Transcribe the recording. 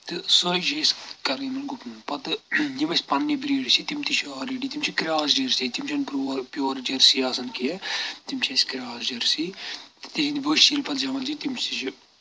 تہٕ سۄے چھِ أسۍ کَرَان یِمَن گُپن پَتہٕ یِم اَسہِ پَننہِ بریٖڈ چھِ تِم تہِ چھِ آلریڈی تِم چھِ کراس جٔرسی تِم چھِنہٕ پرو پیور جٔرسی آسَان کینٛہہ تِم چھِ أسۍ کراس جٔرسی تِہنٛدۍ ؤژھۍ ییٚلہِ پتہٕ زٮ۪وان چھِ تِم چھِ